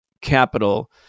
capital